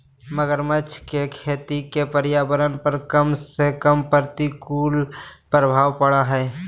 मगरमच्छ के खेती के पर्यावरण पर कम से कम प्रतिकूल प्रभाव पड़य हइ